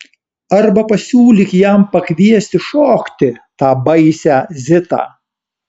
arba pasiūlyk jam pakviesti šokti tą baisią zitą